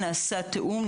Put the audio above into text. נעשה תיאום,